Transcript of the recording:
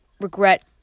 regret